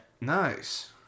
Nice